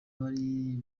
bari